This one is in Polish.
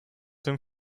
tym